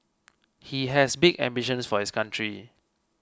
he has big ambitions for his country